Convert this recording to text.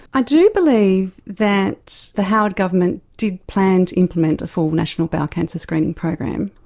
i do believe that the howard government did plan to implement a full national bowel cancer screening program,